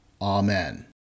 Amen